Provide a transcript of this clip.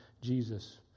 Jesus